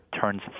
turns